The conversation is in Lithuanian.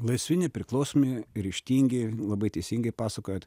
laisvi nepriklausomi ryžtingi labai teisingai pasukat